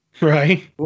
Right